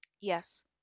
Yes